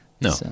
No